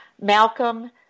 Malcolm